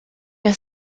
your